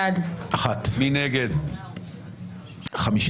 הצבעה לא אושרה ההסתייגות הוסרה.